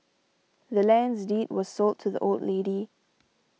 the land's deed was sold to the old lady